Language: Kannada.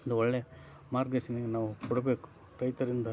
ಒಂದು ಒಳ್ಳೆಯ ಮಾರ್ಗದರ್ಶಿನಿಯನ್ ನಾವು ಕೊಡಬೇಕು ರೈತರಿಂದ